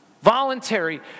Voluntary